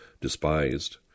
despised